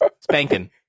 Spanking